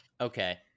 Okay